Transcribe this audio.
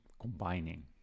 combining